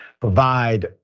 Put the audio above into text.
provide